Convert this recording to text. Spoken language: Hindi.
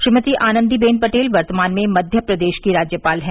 श्रीमती आनंदी बेन पटेल वर्तमान में मध्यप्रदेश की राज्यपाल हैं